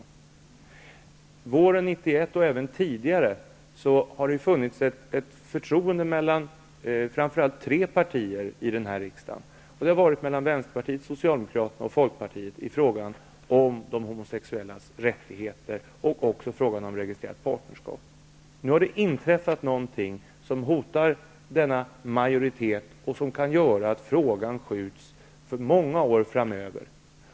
Våren 1991 och även tidigare har det funnits ett förtroende mellan framför allt tre partier i denna riksdag, nämligen mellan Vänsterpartiet, Socialdemokraterna och Folkpartiet, i frågan om de homosexuellas rättigheter och även i frågan om registrerat partnerskap. Nu har något inträffat som hotar denna majoritet och som kan göra att frågan skjuts upp många år framöver.